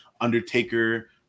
undertaker